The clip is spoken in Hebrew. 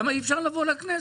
למה אי אפשר לבוא לכנסת?